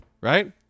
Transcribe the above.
Right